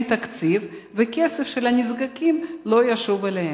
תקציב והכסף של הנזקקים לא ישוב אליהם?